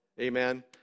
Amen